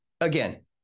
again